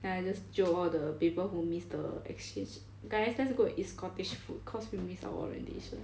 then I just jio all the people who miss the exchange guys let's go and eat scottish food cause we miss our orientation